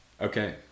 Okay